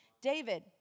David